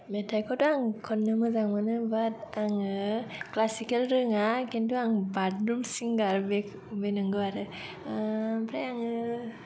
मेथाइखौ थ' आं खन्नो मोजां मोनो बाट आङो क्लासिकेल रोङा किन्तु आं बाथरुम सिंगार बे नोंगौ आरो आमफ्राय आङो